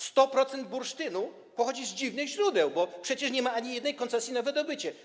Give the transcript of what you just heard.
100% bursztynu pochodzi z dziwnych źródeł, bo przecież nie ma ani jednej koncesji na wydobycie.